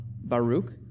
Baruch